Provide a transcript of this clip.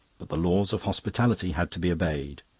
but the laws of hospitality had to be obeyed.